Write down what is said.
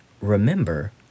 remember